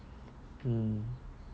oh